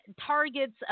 targets